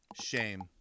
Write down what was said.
Shame